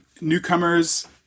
Newcomers